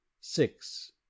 six